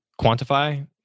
quantify